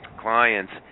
clients